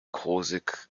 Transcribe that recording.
krosigk